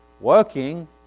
working